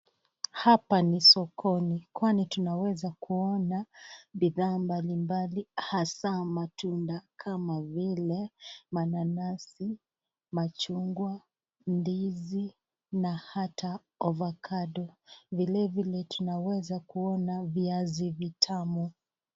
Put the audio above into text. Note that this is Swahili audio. Hapa ni sokoni, kwani tunaweza kuona bidhaa mbalimbali hasa matunda kama vile mananasi, machungwa, ndizi na hata ovacado. Vile vile tunaweza kuona viazi vitamu.